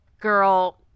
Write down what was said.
girl